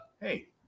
hey